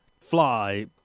fly